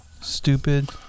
stupid